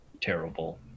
terrible